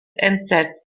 entsetzt